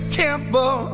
temple